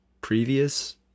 previous